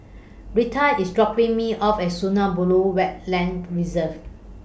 Rheta IS dropping Me off At Sungei Buloh Wetland Reserve